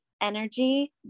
energy